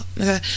okay